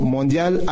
Mondial